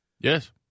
Yes